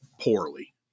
poorly